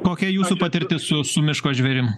kokia jūsų patirtis su su miško žvėrim